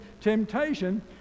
temptation